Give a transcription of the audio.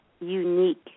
unique